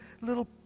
little